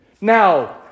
now